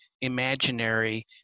imaginary